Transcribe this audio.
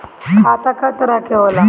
खाता क तरह के होला?